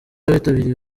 witabiriye